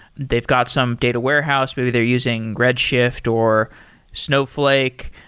they've got some data warehouse, maybe they're using redshift or snowflake,